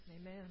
Amen